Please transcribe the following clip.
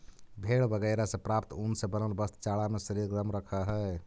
भेड़ बगैरह से प्राप्त ऊन से बनल वस्त्र जाड़ा में शरीर गरम रखऽ हई